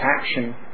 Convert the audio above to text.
action